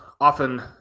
often